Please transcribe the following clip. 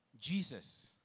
Jesus